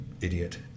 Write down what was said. idiot